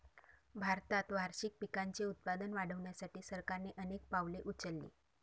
भारतात वार्षिक पिकांचे उत्पादन वाढवण्यासाठी सरकारने अनेक पावले उचलली